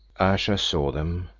ayesha saw them,